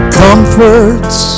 comforts